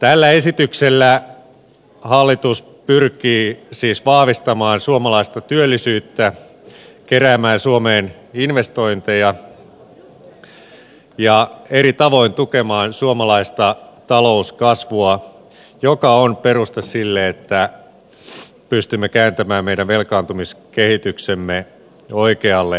tällä esityksellä hallitus pyrkii siis vahvistamaan suomalaista työllisyyttä keräämään suomeen investointeja ja eri tavoin tukemaan suomalaista talouskasvua joka on peruste sille että pystymme kääntämään meidän velkaantumiskehityksemme oikealle uralle